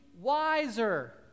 wiser